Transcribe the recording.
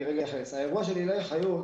האירוע של עילי חיות,